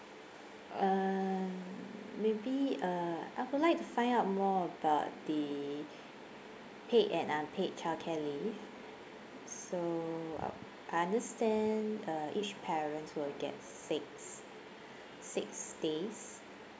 um maybe uh I would like to find out more about the paid and unpaid child care leave so uh I understand uh each parent will get six six days